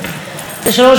שלוש וחצי.